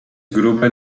grube